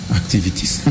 activities